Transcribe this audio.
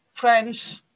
French